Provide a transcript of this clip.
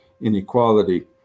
inequality